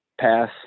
pass